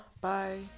bye